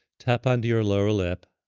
tap onto your lower lip.